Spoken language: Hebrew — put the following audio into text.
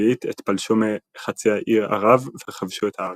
עת פלשו מחצי האי ערב וכבשו את הארץ.